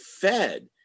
fed